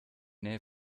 nähe